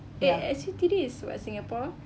eh S_U_T_D is what singapore